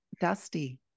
dusty